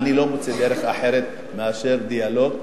אני לא מוצא דרך אחרת מאשר דיאלוג,